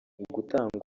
gutanga